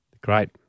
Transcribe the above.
Great